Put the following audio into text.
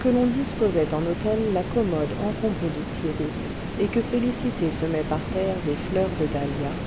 que l'on disposait en autel la commode encombrée de sirops et que félicité semait par terre des fleurs de dahlia